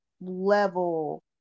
level